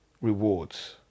Rewards